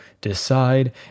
decide